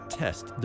test